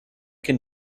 can